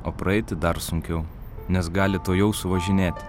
o praeiti dar sunkiau nes gali tuojau suvažinėti